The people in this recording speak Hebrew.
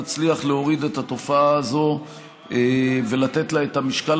נצליח להוריד את התופעה הזאת ולתת לה את המשקל